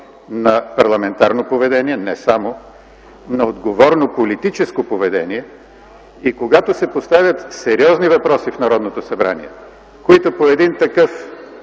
на парламентарно поведение, не само – на отговорно политическо поведение! И когато се поставят сериозни въпроси в Народното събрание, с които по един такъв